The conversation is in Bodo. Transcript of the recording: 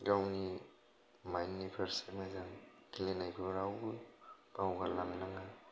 गावनि माइन्दनि फारसे मोजां गेलेनायखौ रावबो बावगारलांनाङा